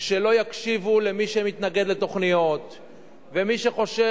שלא יקשיבו למי שמתנגד לתוכניות ולמי שחושש